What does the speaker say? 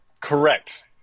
Correct